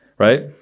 right